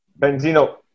Benzino